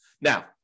Now